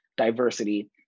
diversity